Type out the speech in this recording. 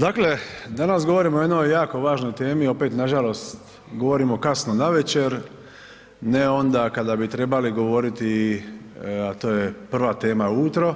Dakle, danas govorimo o jednoj jako važnoj temi, opet nažalost govorimo kasno navečer, ne onda kada bi tribali govoriti, a to je prva tema ujutro,